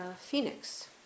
Phoenix